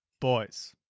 Boys